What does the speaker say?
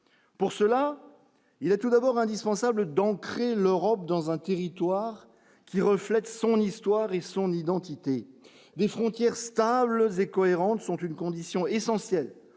pour cela, il y a tout d'abord indispensable d'ancrer l'Europe dans un territoire qui reflète son histoire et son identité des frontières stable et cohérente, sont une condition essentielle